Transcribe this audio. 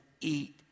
eat